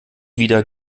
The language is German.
wieder